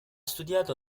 studiato